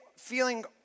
feeling